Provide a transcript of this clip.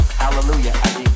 Hallelujah